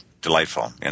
delightful